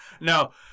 No